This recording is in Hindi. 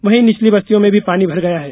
वहीं निचली बस्तियों में भी पानी भर गया है